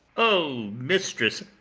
o mistress,